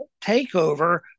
takeover